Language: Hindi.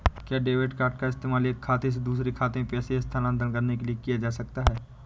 क्या डेबिट कार्ड का इस्तेमाल एक खाते से दूसरे खाते में पैसे स्थानांतरण करने के लिए किया जा सकता है?